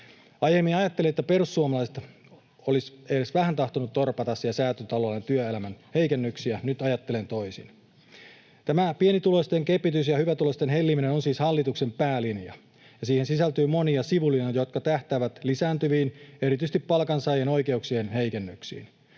Aiemmin ajattelin, että perussuomalaiset olisivat edes vähän tahtoneet torpata siellä Säätytalolla työelämän heikennyksiä. Nyt ajattelen toisin. Tämä pienituloisten kepitys ja hyvätuloisten helliminen on siis hallituksen päälinja, ja siihen sisältyy monia sivulinjoja, jotka tähtäävät lisääntyviin, erityisesti palkansaajien, oikeuksien heikennyksiin.